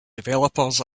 developers